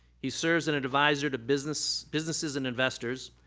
he serves an advisor to businesses businesses and investors.